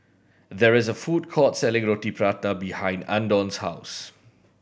there is a food court selling Roti Prata behind Andon's house